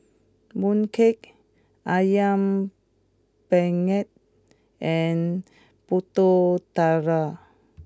Mooncake Ayam Panggang and Pulut Tatal